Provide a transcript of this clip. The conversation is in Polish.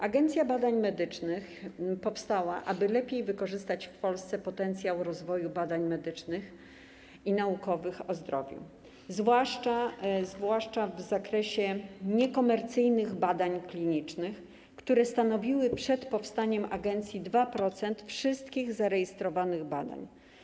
Agencja Badań Medycznych powstała, aby lepiej wykorzystać w Polsce potencjał rozwoju badań medycznych i naukowych dotyczących zdrowia, zwłaszcza w zakresie niekomercyjnych badań klinicznych, które przed powstaniem agencji stanowiły 2% wszystkich zarejestrowanych badań.